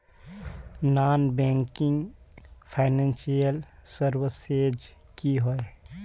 Non banking financial services की होय?